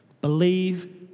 believe